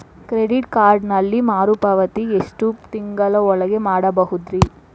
Credit ಕಾರ್ಡಿನಲ್ಲಿ ಮರುಪಾವತಿ ಎಷ್ಟು ತಿಂಗಳ ಒಳಗ ಮಾಡಬಹುದ್ರಿ?